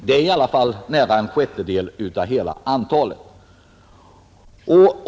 Det är i alla fall nära en sjättedel av hela antalet.